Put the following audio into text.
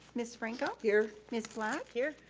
ms. franco. here. ms. black. here.